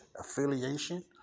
affiliation